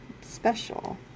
special